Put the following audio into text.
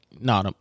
no